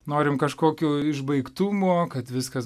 norim kažkokių išbaigtumo kad viskas